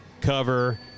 Cover